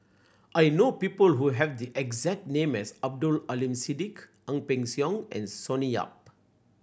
I know people who have the exact name as Abdul Aleem Siddique Ang Peng Siong and Sonny Yap